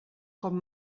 com